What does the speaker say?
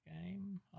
game